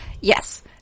Yes